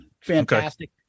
Fantastic